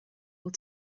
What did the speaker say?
will